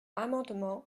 amendement